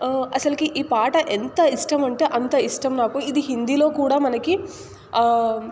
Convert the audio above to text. అసలుకి ఈ పాట ఎంత ఇష్టం అంటే అంత ఇష్టం నాకు ఇది హిందీలో కూడా మనకి